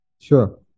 Sure